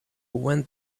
went